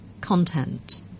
content